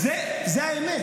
זו האמת,